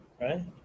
right